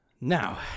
Now